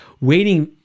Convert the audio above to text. waiting